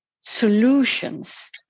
solutions